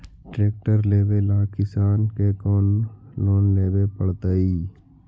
Tractor लेवेला किसान के कौन लोन लेवे पड़तई?